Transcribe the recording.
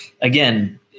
again